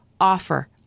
Offer